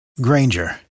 Granger